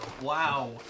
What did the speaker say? Wow